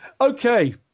Okay